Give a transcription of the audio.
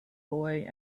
boy